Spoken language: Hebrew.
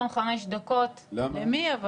כולם נטשו, מיקי.